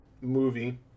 movie